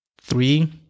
Three